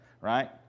right